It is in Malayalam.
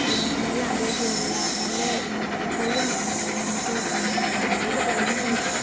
അല്ലെങ്കിൽ നല്ല ആരോഗ്യമുള്ള നല്ലത് എപ്പോഴും നമുക്ക് എന്നെ ഏത് ക്ലയിമെറ്റിനും